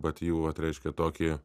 vat jų vat reiškia tokį